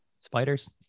spiders